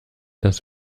das